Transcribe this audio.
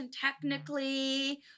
technically